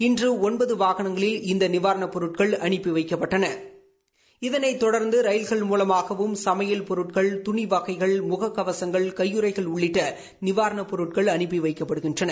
இன்று ஒன்பது வாகனங்களில் இந்த நிவாரணப் பொருட்கள் அனுப்பி வைக்கப்பட்டனன இதனைத் தொடர்ந்து ரயில்கள் மூலமாகவும் சமையல் பொருட்கள் துணி வகைகள் முக கவசங்கள் கையுறைகள் உள்ளிட்ட நிவாரணப் பொருட்கள் அனுப்பி வைக்கப்படுகின்றன